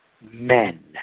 men